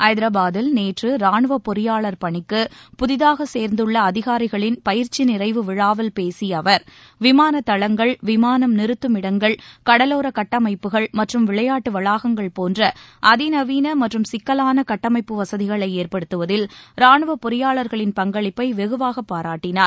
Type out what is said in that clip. ஐதராபாத்தில் நேற்று ராணுவப் பொறியாளர் பணிக்கு புதிதாக சேர்ந்துள்ள அதிகாரிகளின் பயிற்சி நிறைவு விழாவில் பேசிய அவர் விமான தளங்கள் விமானம் நிறுத்தமிடங்கள் கடலோர கட்டமைப்புகள் மற்றும் விளையாட்டு வளாகங்கள் போன்ற அதிநவீன மற்றும் சிக்கலாள கட்டமைப்பு வசதிகளை ஏற்படுத்துவதில் ராணுவப் பொறியாளர்களின் பங்களிப்பை வெகுவாக பாராட்டினார்